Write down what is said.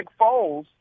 Foles